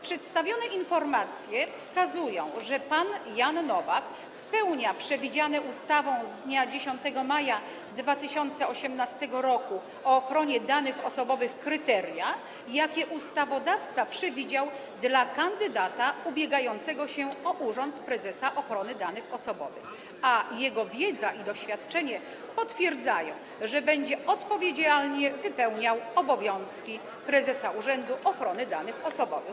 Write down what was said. Przedstawione informacje wskazują, że pan Jan Nowak spełnia przewidziane ustawą z dnia 10 maja 2018 r. o ochronie danych osobowych kryteria, jakie ustawodawca przewidział dla kandydata ubiegającego się o stanowisko prezesa Urzędu Ochrony Danych Osobowych, a jego wiedza i doświadczenie potwierdzają, że będzie odpowiedzialnie wypełniał obowiązki prezesa Urzędu Ochrony Danych Osobowych.